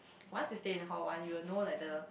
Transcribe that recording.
once you stay in hall one you will know like the